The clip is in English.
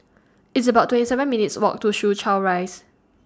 It's about twenty seven minutes' Walk to Soo Chow Rise